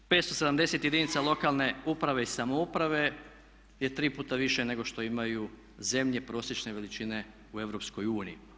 570 jedinica lokalne uprave i samouprave je tri puta više nego što imaju zemlje prosječne veličine u EU.